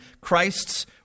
Christ's